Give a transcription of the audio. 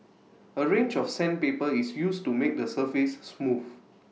A range of sandpaper is used to make the surface smooth